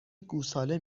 گوساله